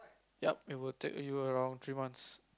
ya it will take you around three months